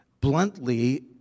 Bluntly